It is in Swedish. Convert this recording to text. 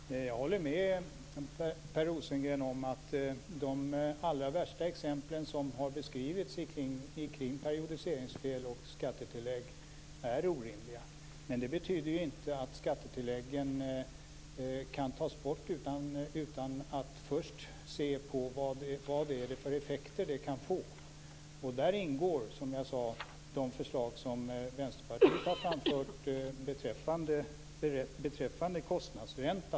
Fru talman! Jag håller med Per Rosengren om att de allra värsta exemplen på periodiseringsfel och skattetillägg som har beskrivits är orimliga. Men det betyder inte att skattetilläggen kan tas bort utan att man först ser efter vilka effekter det kan få. Som en del i den utredningen ingår, som jag sade, de förslag som Vänsterpartiet har framfört beträffande kostnadsränta.